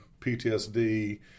PTSD